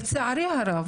אבל לצערי הרב